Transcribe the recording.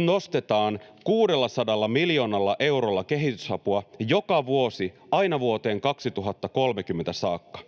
nostetaan nyt 600 miljoonalla eurolla kehitysapua joka vuosi aina vuoteen 2030 saakka.